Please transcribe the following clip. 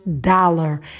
dollar